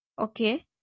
Okay